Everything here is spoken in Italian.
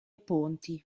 ponti